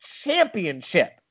Championship